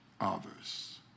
others